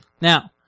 Now